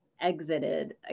exited